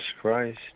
Christ